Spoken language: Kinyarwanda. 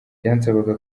byansabaga